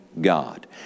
God